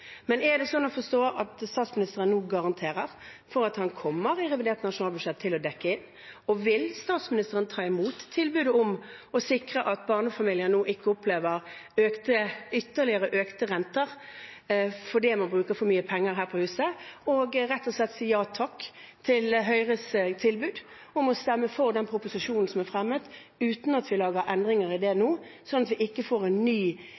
Men er det sånn å forstå at statsministeren nå garanterer for at han i revidert nasjonalbudsjett kommer til å dekke inn? Og vil statsministeren ta imot tilbudet om å sikre at barnefamilier nå ikke opplever ytterligere økte renter – fordi man bruker for mye penger her på huset – og rett og slett si ja takk til Høyres tilbud om å stemme for den proposisjonen som ble fremmet, uten at vi lager endringer i det nå, sånn at vi ikke får en ny